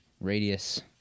Radius